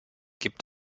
gibt